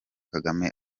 kagame